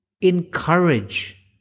encourage